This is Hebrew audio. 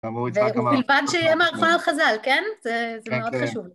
ובלבד שיהיה מערכה על חז"ל, כן? זה מאוד חשוב.